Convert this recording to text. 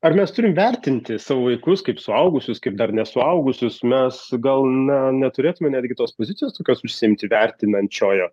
ar mes turim vertinti savo vaikus kaip suaugusius kaip dar nesuaugusius mes gal ne neturėtume netgi tos pozicijos tokios užsiimti vertinančiojo